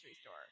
store